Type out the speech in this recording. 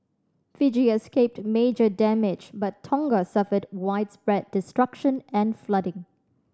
Fiji escaped major damage but Tonga suffered widespread destruction and flooding